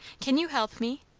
can you help me?